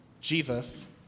Jesus